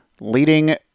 leading